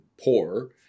poor